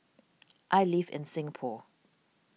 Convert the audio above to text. I live in Singapore